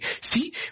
see